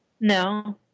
No